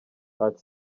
art